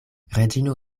reĝino